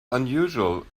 unusual